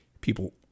people